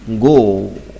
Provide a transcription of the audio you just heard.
go